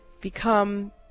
become